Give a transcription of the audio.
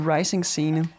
Rising-scene